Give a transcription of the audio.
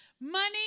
Money